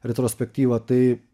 retrospektyva tai